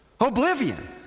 oblivion